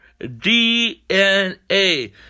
DNA